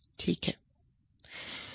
ठीक है